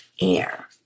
air